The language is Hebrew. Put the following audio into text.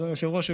אדוני היושב-ראש,